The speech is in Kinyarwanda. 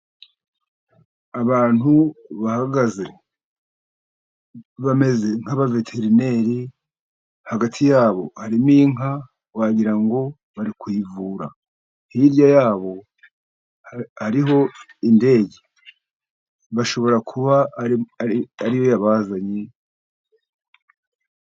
Abantu bahagaze bameze nk'abaveterineri hagati yabo harimo inka wagira ngo bari kuyivura, hirya yabo hariho indege bashobora kuba ariyo yabazanye.